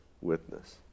witness